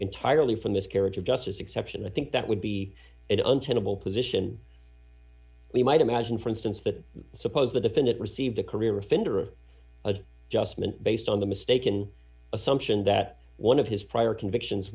entirely from this character justice exception i think that would be an untenable position we might imagine for instance that suppose the defendant received a career offender justman based on the mistaken assumption that one of his prior convictions